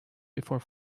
before